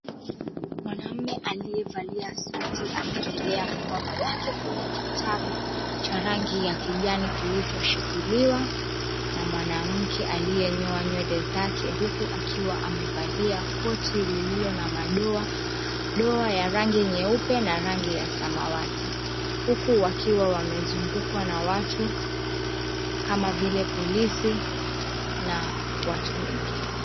Mwanamme aliyevalia suti amewekelea mkono wake kwenye kitabu, cha rangi ya kijani kilichoshikiliwa na mwanamke aliyenyoa nywele zake huku akiwa amevalia koti lililo na madoadoa ya rangi nyeupe na rangi ya samawati huku wakiwa wamezungukwa ma watu kama vile, polisi na watu wengine.